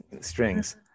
strings